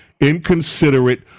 inconsiderate